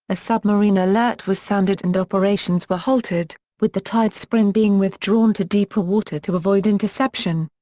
a submarine alert was sounded and operations were halted, with the tidespring being withdrawn to deeper water to avoid interception.